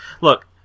Look